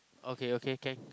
okay okay can